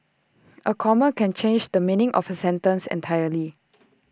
A comma can change the meaning of A sentence entirely